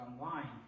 online